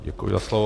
Děkuji za slovo.